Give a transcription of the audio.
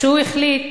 כשהוא החליט